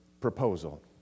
proposal